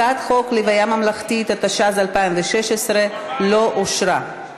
הצעת חוק לוויה ממלכתית, התשע"ז 2016, לא אושרה.